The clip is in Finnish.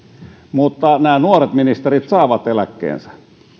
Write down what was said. mutta nämä nuoret ministerit saavat eläkkeensä